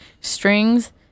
strings